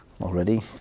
already